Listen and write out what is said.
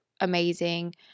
amazing